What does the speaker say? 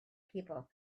people